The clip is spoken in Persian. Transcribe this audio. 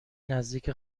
نزدیک